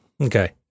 Okay